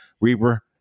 Reaper